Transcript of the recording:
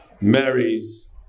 marries